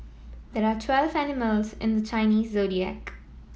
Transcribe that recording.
there are twelve animals in the Chinese Zodiac